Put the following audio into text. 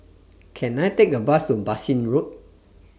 Can I Take A Bus to Bassein Road